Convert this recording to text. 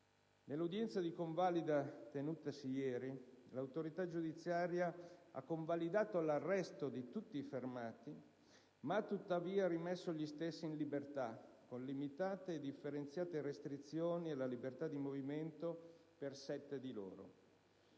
Nell'udienza di convalida tenutasi ieri, l'autorità giudiziaria ha convalidato l'arresto per tutti i fermati, ma ha tuttavia rimesso gli stessi in libertà, con limitate e differenziate restrizioni alla libertà di movimento per sette di loro.